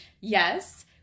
Yes